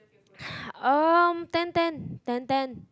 um ten ten ten ten